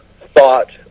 thought